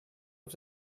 auf